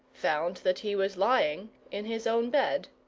found that he was lying in his own bed.